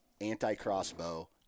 anti-crossbow